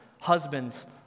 Husbands